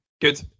Good